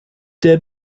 der